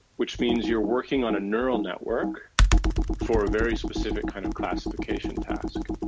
which means you're working on a neural network for a very specific kind of classification task.